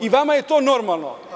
I vama je to normalno.